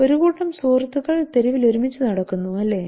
ഒരു കൂട്ടം സുഹൃത്തുക്കൾ തെരുവിൽ ഒരുമിച്ച് നടക്കുന്നു അല്ലേ